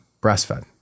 breastfed